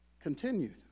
continued